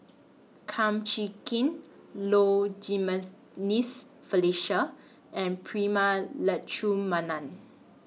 Kum Chee Kin Low Felicia and Prema Letchumanan